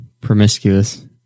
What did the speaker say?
promiscuous